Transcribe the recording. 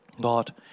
God